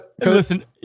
Listen